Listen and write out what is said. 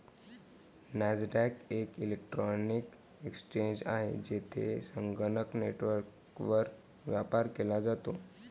Nasdaq एक electronic exchange आहे, जेथे संगणक नेटवर्कवर व्यापार केला जातो